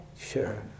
Sure